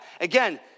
again